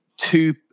Two